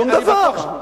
משום דבר.